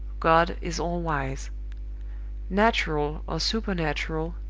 god is all-wise natural or supernatural,